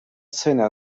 seen